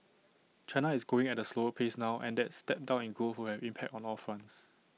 China is growing at A slower pace now and that step down in growth will have impact on all fronts